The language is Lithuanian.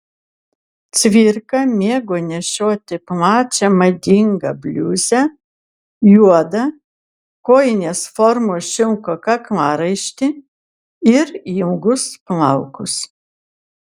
cvirka mėgo nešioti plačią madingą bliuzę juodą kojinės formos šilko kaklaraištį ir ilgus plaukus